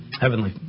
Heavenly